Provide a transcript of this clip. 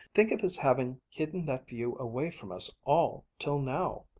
think of his having hidden that view away from us all till now!